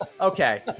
Okay